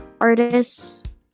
artists